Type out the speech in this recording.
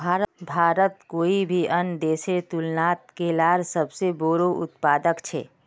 भारत कोई भी अन्य देशेर तुलनात केलार सबसे बोड़ो उत्पादक छे